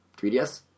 3DS